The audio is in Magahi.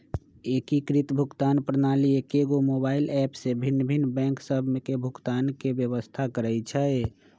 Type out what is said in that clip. एकीकृत भुगतान प्रणाली एकेगो मोबाइल ऐप में भिन्न भिन्न बैंक सभ के भुगतान के व्यवस्था करइ छइ